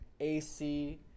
AC